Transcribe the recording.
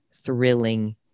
thrilling